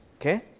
Okay